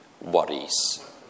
worries